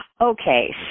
Okay